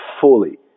fully